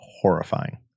Horrifying